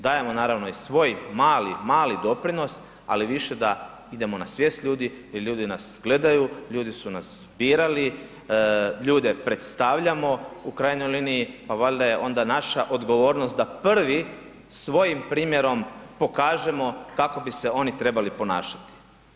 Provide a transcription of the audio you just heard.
Dajemo naravno i svoj mali, mali doprinos ali više da idemo na svijest ljudi, jer ljudi nas gledaju, ljudi su nas birali, ljude predstavljamo u krajnjoj liniji pa valjda je onda naša odgovornost da prvi svojim primjerom pokažemo kako bi se oni trebali ponašati.